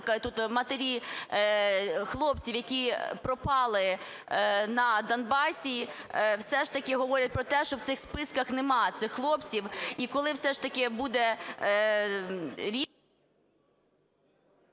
матері хлопців, які пропали на Донбасі, все ж таки говорять про те, що в цих списках нема цих хлопців.